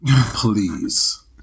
Please